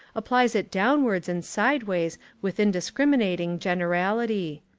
applies it downwards and sideways with indiscriminating generality.